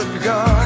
God